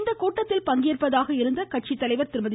இந்த கூட்டத்தில் பங்கேற்பதாக இருந்த கட்சித்தலைவர் திருமதி